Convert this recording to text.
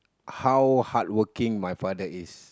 how hardworking my father is